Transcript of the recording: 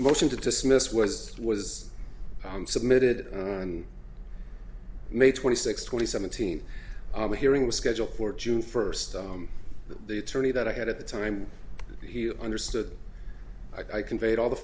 motion to dismiss was was submitted on may twenty sixth twenty seventeen hearing was scheduled for june first that the attorney that i had at the time he understood i conveyed all the